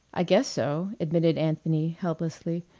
i guess so, admitted anthony helplessly.